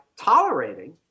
tolerating